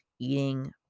eating